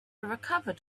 recovered